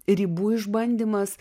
ribų išbandymas